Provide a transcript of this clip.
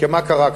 כי מה קרה כאן?